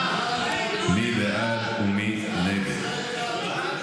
מי בעד ומי נגד?